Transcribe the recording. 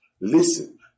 Listen